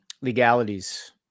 Legalities